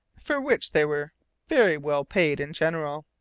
for which they were very well paid in general.